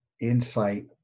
insight